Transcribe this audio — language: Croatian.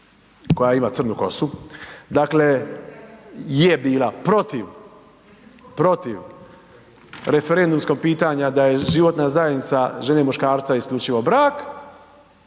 koja ima crnu kosu, dakle je bila protiv, protiv referendumskog pitanja da je životna zajednica žene i muškarca isključivo brak